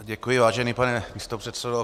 Děkuji, vážený pane místopředsedo.